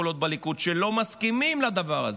קולות בליכוד שלא מסכימים לדבר הזה.